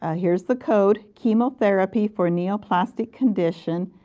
ah here is the code chemotherapy for neoplastic condition,